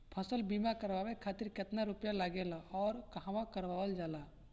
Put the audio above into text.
फसल बीमा करावे खातिर केतना रुपया लागेला अउर कहवा करावल जाला?